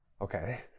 Okay